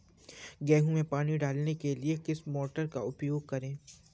गेहूँ में पानी डालने के लिए किस मोटर का उपयोग करें?